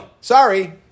Sorry